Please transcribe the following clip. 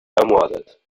ermordet